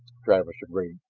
travis agreed.